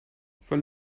von